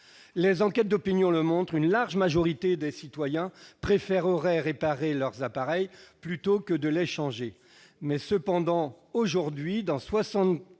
Les enquêtes d'opinion le montrent, une large majorité des citoyens préféreraient faire réparer leurs appareils plutôt que de les renouveler, mais, aujourd'hui, dans 60